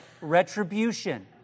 retribution